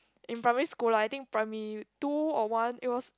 in primary school lah I think primary two or one it was